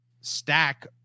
stack